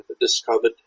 discovered